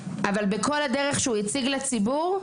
אבל בכל הדרך שהוא הציג לציבור,